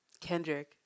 Kendrick